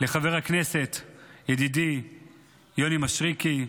לחבר הכנסת ידידי יוני מישרקי,